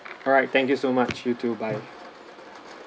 alright thank you so much you too bye